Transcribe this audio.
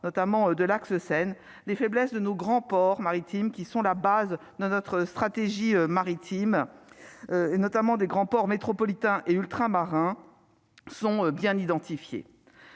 notamment de l'axe Seine les faiblesses de nos grands ports maritimes qui sont la base de notre stratégie maritime, et notamment des grands ports métropolitains et ultramarins sont bien identifiés,